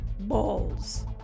balls